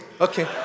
okay